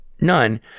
none